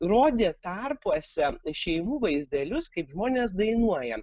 rodė tarpuose šeimų vaizdelius kaip žmonės dainuoja